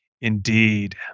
Indeed